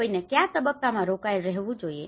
કોઈને કયા તબક્કામાં રોકાયેલા રહેવું જોઈએ